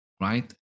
right